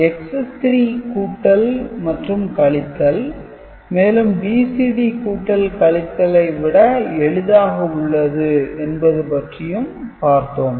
Excess - 3 கூட்டல் மற்றும் கழித்தல் மேலும் BCD கூட்டல் கழித்தலை விட எளிதாக உள்ளது என்பது பற்றியும் பார்த்தோம்